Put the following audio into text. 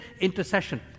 intercession